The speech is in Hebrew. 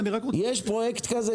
יש פרויקט כזה?